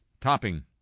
topping